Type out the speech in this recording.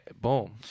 Boom